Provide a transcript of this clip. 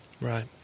Right